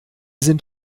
sind